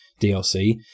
DLC